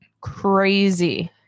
crazy